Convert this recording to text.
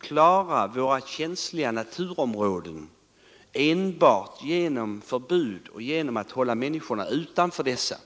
klara våra känsliga naturområden enbart genom förbud och genom att hålla människorna utanför dem.